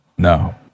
No